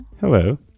Hello